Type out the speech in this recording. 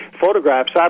photographs